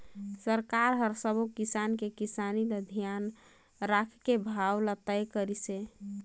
सरकार हर सबो किसान के किसानी ल धियान राखके भाव ल तय करिस हे